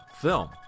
film